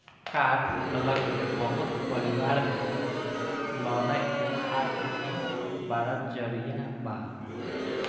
काठ आ लकड़ी बहुत परिवार में लौना के आज भी बड़ा जरिया बा